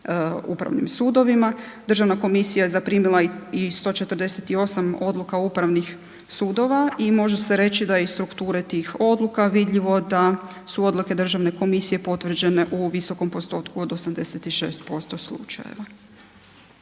upravnim sudovima. Državna komisija je zaprimila i 148 odluka upravnih sudova i može se reći da i strukture tih odluka vidljivo da su odluke državne komisije potvrđene u visokom postotku od 86% slučajeva.